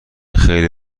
خیلی